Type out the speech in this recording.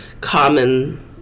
common